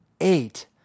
eight